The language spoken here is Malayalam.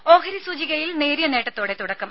രുമ ഓഹരി സൂചികകളിൽ നേരിയ നേട്ടത്തോടെ തുടക്കം